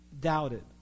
doubted